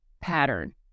pattern